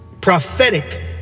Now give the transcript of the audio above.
prophetic